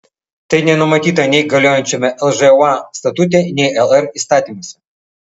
tai nenumatyta nei galiojančiame lžūa statute nei lr įstatymuose